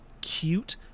cute